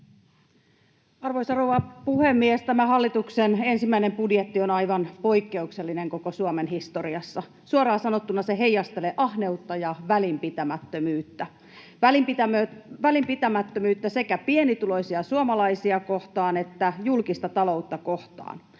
Arvoisa rouva puhemies! Tämä hallituksen ensimmäinen budjetti on aivan poikkeuksellinen koko Suomen historiassa. Suoraan sanottuna se heijastelee ahneutta ja välinpitämättömyyttä — välinpitämättömyyttä sekä pienituloisia suomalaisia kohtaan että julkista taloutta kohtaan.